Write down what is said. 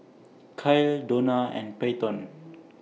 Kael Dona and Peyton